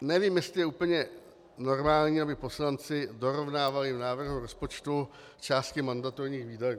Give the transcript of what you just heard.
Nevím, jestli je úplně normální, aby poslanci dorovnávali v návrhu rozpočtu části mandatorních výdajů.